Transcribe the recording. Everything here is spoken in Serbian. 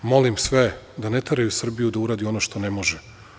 Molim sve da ne teraju Srbiju da uradi ono što ne može.